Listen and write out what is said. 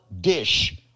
dish